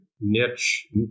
niche